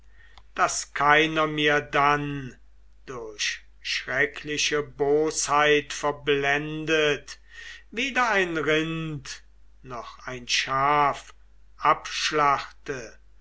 daß keiner mir dann durch schreckliche bosheit verblendet weder ein rind noch ein schaf abschlachte